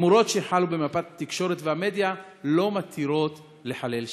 התמורות שחלו במפת התקשורת והמדיה לא מתירות לחלל שבת.